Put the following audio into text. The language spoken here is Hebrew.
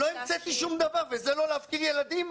לא המצאתי שום דבר וזה לא להפקיר ילדים?